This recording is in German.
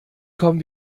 kommen